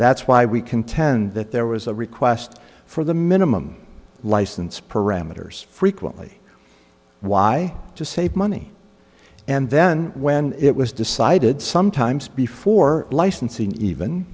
that's why we contend that there was a request for the minimum license parameters frequently why to save money and then when it was decided sometimes before licensing even